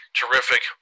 terrific